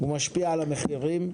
הוא משפיע על המחירים,